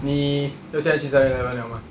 你要现在去 seven eleven liao 吗